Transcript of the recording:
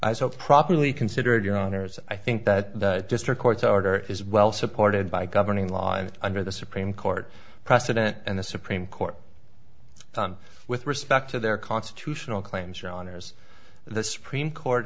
so properly considered your honors i think that the district court's order is well supported by governing law and under the supreme court precedent and the supreme court with respect to their constitutional claims or honors the supreme court